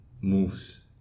moves